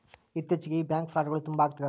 ಇತ್ತೀಚಿಗೆ ಈ ಬ್ಯಾಂಕ್ ಫ್ರೌಡ್ಗಳು ತುಂಬಾ ಅಗ್ತಿದವೆ